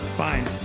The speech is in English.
fine